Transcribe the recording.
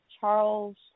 charles